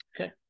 Okay